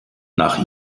nach